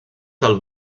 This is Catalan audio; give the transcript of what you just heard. del